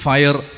Fire